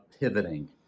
pivoting